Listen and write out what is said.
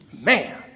Man